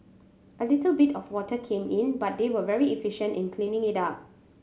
a little bit of water came in but they were very efficient in cleaning it up